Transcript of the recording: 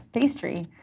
pastry